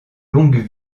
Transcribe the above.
longues